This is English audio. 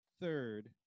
third